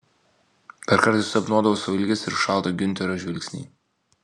dar kartais susapnuodavau savo ilgesį ir šaltą giunterio žvilgsnį